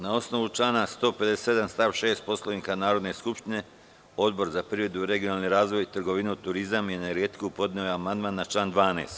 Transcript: Na osnovu člana 157. stav 6. Poslovnika Narodne skupštine, Odbor za privredu, regionalni razvoj, trgovinu, turizam i energetiku podneo je amandman na član 12.